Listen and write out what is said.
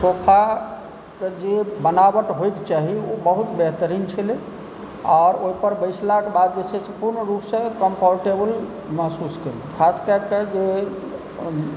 सोफाके जे बनावट होइके चाही ओ बहुत बेहतरीन छलै आओर ओहिपर बैसलाके बाद जे छै से पूर्ण रूपसँ कम्फर्टेबल महसूस कएलहुँ खास कऽ कऽ जे